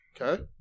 Okay